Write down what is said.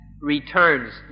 returns